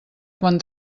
quan